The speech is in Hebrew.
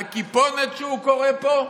על "כיפונת", שהוא קורא פה?